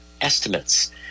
estimates